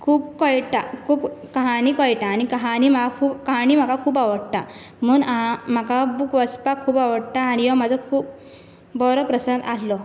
खूब कळटा खूब कहानी कळटा आनी कहानी म्हाका कहानी म्हाका खूब आवडटा म्हूण म्हाका बूक वाचपाक खूब आवडटा आनी यो म्हाजो खूब बोरो प्रसंग आहलो